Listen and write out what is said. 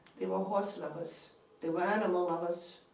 they were horse-lovers they were animal-lovers.